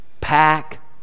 pack